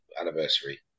anniversary